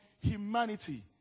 humanity